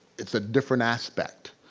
it's a different aspect.